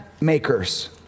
makers